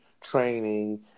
training